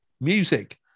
Music